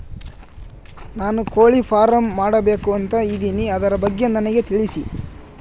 ನಾನು ಕೋಳಿ ಫಾರಂ ಮಾಡಬೇಕು ಅಂತ ಇದಿನಿ ಅದರ ಬಗ್ಗೆ ನನಗೆ ತಿಳಿಸಿ?